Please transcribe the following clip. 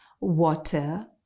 water